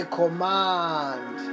command